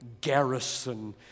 garrison